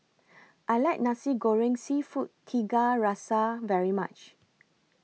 I like Nasi Goreng Seafood Tiga Rasa very much